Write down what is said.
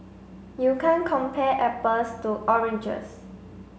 you can't compare apples to oranges